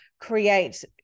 create